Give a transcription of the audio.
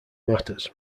matters